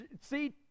see